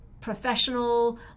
professional